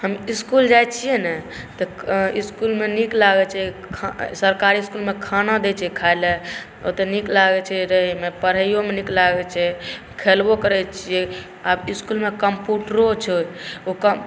हम इसकुल जाइ छिए ने तऽ इसकुलमे नीक लागै छै सरकारी इसकुलमे खाना दै छै खाइलए ओतऽ नीक लागै छै रहैमे पढ़ैओमे नीक लागै छै खेलबो करै छिए आब इसकुलमे कम्प्यूटरो छै